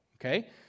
Okay